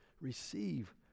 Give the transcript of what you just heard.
receive